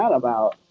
about?